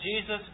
Jesus